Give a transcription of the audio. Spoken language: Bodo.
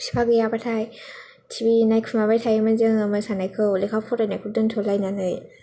बिफा गैयाबाथाय टिभि नायखुमाबाय थायोमोन जोङो मोसानायखौ लेखा फरायनायखौ दोनथ'लायनानै